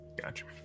Gotcha